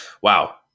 Wow